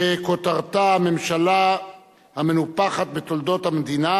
שכותרתה: הממשלה המנופחת בתולדות המדינה